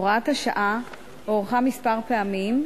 הוראת השעה הוארכה כמה פעמים,